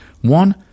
One